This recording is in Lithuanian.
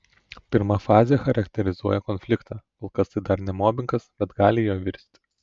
pirma fazė charakterizuoja konfliktą kol kas tai dar ne mobingas bet gali juo virsti